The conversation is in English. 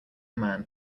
man